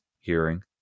hearing